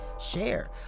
share